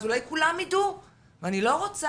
אז אולי כולם יידעו ואני לא רוצה.